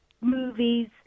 movies